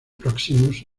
próximos